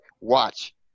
Watch